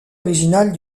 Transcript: originale